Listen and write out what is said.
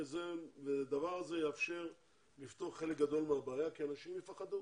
הדבר הזה יאפשר לפתור חלק גדול מהבעיה כי אנשים יפחדו